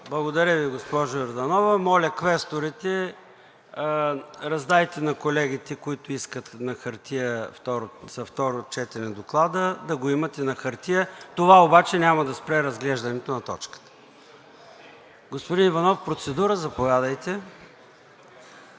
Благодаря Ви, госпожо Йорданова. Моля, квесторите, раздайте на колегите, които искат на хартия за второ четене Доклада, да го имат и на хартия, това обаче няма да спре разглеждането на точката. Господин Иванов, процедура – заповядайте.